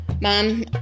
Mom